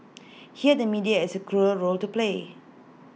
here the media has cruel role to play